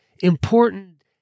important